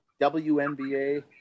WNBA